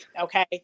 okay